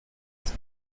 its